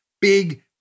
big